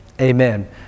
Amen